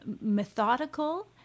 methodical